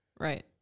Right